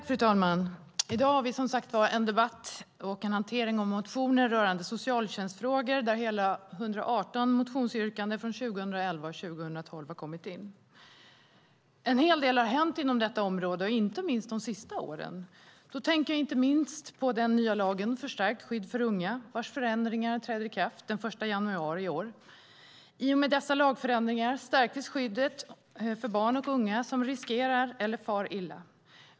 Fru talman! I dag har vi som sagt en debatt och en behandling av motioner rörande socialtjänstfrågor där hela 118 motionsyrkanden från 2011 och 2012 har kommit in. En hel del har hänt inom detta område, inte minst de senaste åren. Då tänker jag framför allt på den nya lagen om förstärkt skydd för unga där förändringarna trädde i kraft den 1 januari i år. I och med dessa lagförändringar stärktes skyddet för barn och unga som riskerar att fara eller far illa.